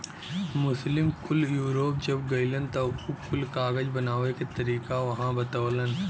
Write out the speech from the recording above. मुस्लिम कुल यूरोप जब गइलन त उ कुल कागज बनावे क तरीका उहाँ बतवलन